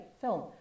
Film